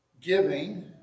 giving